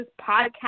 podcast